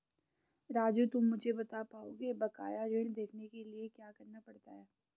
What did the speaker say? राजू तुम मुझे बता पाओगे बकाया ऋण देखने के लिए क्या करना पड़ता है?